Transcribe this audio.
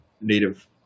native